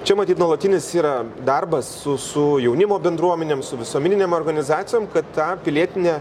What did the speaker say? čia matyt nuolatinis yra darbas su jaunimo bendruomenėm su visuomeninėm organizacijom kad tą pilietinę